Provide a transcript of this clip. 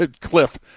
Cliff